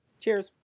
Cheers